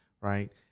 right